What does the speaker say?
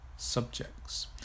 subjects